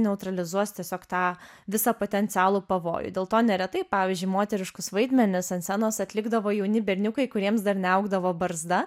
neutralizuos tiesiog tą visą potencialų pavojų dėl to neretai pavyzdžiui moteriškus vaidmenis ant scenos atlikdavo jauni berniukai kuriems dar neaugdavo barzda